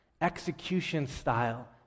execution-style